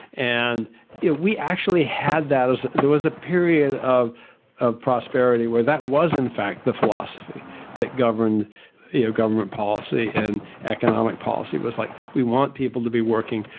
and yeah we actually had that, there was a period of ah prosperity where that was in fact the philosophy that governed government policy and economic policy was like, we want people to be working,